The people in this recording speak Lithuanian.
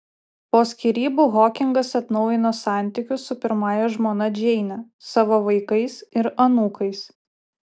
po skyrybų hokingas atnaujino santykius su pirmąja žmona džeine savo vaikais ir anūkais